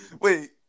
wait